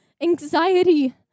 anxiety